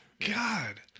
God